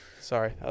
Sorry